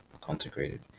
consecrated